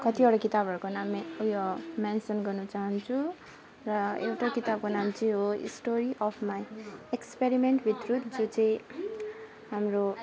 कतिवटा किताबहरूको नाम उयो मेन्सन गर्न चाहन्छु र किताबको नाम चाहिँ हो story of my experiment with truth त्यो चाहिँ हाम्रो